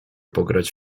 pograć